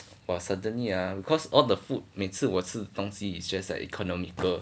for certainly ah because all the food 每次我吃东西 it's just like economical